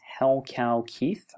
hellcowkeith